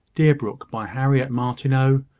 deerbrook, by harriet martineau.